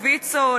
לויצו,